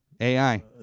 AI